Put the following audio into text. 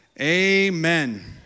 Amen